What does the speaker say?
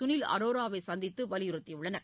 Sunil அரோராவைசந்தித்துவலியுறுத்தியுள்ளனர்